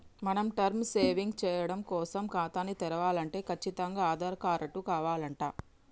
మనం term savings సేయడం కోసం ఖాతాని తెరవలంటే కచ్చితంగా ఆధార్ కారటు కావాలంట